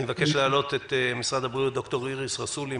אני מבקש להעלות את משרד הבריאות ד"ר איריס רסולי,